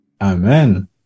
Amen